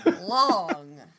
long